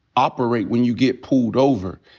operate when you get pulled over.